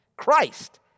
Christ